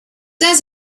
does